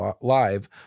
live